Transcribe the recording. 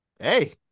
Hey